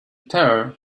terror